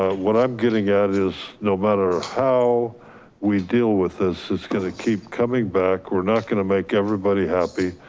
ah what i'm getting at is, no matter how we deal with this, it's gonna keep coming back we're not gonna make everybody happy.